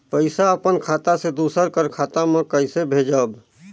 पइसा अपन खाता से दूसर कर खाता म कइसे भेजब?